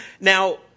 Now